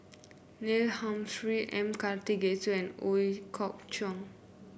Neil Humphrey M Karthigesu and Ooi Kok Chuen